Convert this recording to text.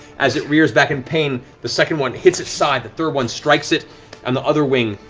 as it rears back in pain, the second one hits its side, the third one strikes it on the other wing,